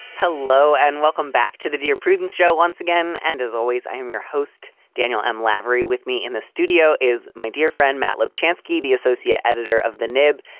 hello and welcome back to the dear prudence show once again. and as always, i'm your host, daniel m. lavery. with me in the studio is my dear friend matlab chance key, the associate editor of the neb.